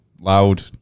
loud